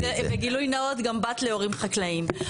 וגילוי נאות, גם בת להורים חקלאים.